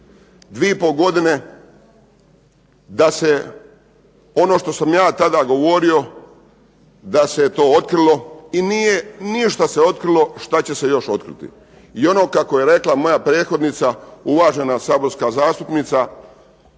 dvije i pol godine da se ono što sam ja tada govorio da se je to otkrilo i nije se još ništa otkrilo što će se još otkriti. I ono kako je rekla moja prethodnica uvažana saborska zastupnica,